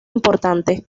importante